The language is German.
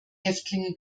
häftlinge